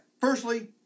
firstly